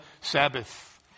Sabbath